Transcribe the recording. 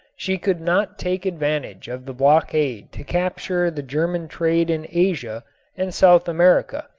she could not take advantage of the blockade to capture the german trade in asia and south america,